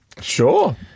Sure